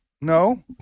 no